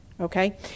Okay